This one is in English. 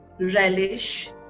relish